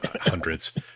hundreds